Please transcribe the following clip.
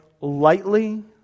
lightly